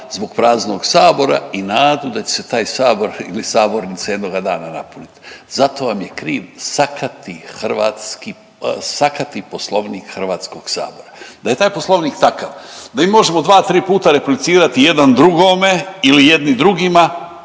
zbog praznog sabora i nadu da će se taj sabor ili sabornica jednoga dana napuniti. Za to vam je kriv sakati hrvatski, sakati Poslovnik Hrvatskog sabora. Da je taj Poslovnika takav da mi možemo 2-3 puta replicirati jedan drugome ili jedni drugima